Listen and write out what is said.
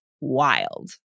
wild